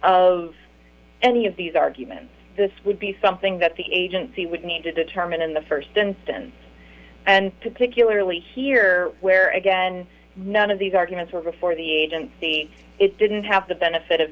of any of these arguments this would be something that the agency would need to determine in the first instance and particularly here where again none of these arguments were before the agency it didn't have the benefit of